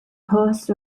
hosts